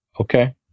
okay